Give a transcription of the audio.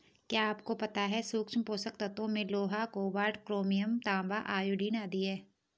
क्या आपको पता है सूक्ष्म पोषक तत्वों में लोहा, कोबाल्ट, क्रोमियम, तांबा, आयोडीन आदि है?